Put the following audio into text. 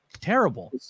terrible